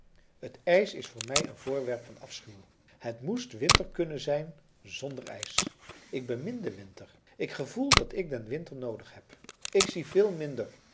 het ijs is voor mij een voorwerp van afschuw het moest winter kunnen zijn zonder ijs ik bemin den winter ik gevoel dat ik den winter noodig heb ik zie veel minder